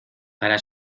para